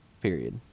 Period